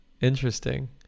Interesting